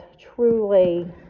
truly